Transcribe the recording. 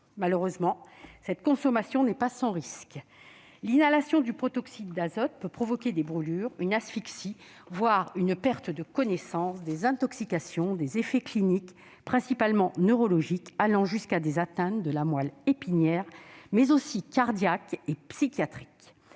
Malheureusement, cette consommation n'est pas sans risque : l'inhalation du protoxyde d'azote peut provoquer des brûlures, une asphyxie, voire une perte de connaissance, des intoxications, des effets cliniques, principalement neurologiques, allant jusqu'à des atteintes de la moelle épinière, mais aussi cardiaques et psychiatriques.